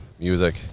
music